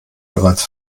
bereits